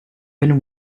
been